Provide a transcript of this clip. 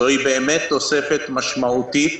זו באמת תוספת משמעותית